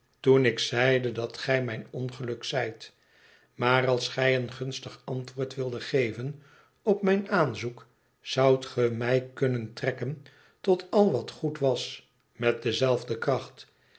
toen ik zeide dat gij mijn ongeluk zijt maar als gij een gunstig antwoord wildet geven op mijn aanzoek zoudt ge mij kunnen trekken tot al wat goed was met dezelfde kracht